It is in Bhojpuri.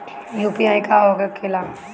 यू.पी.आई का होके ला?